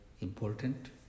important